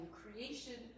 creation